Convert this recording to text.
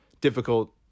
difficult